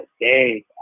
day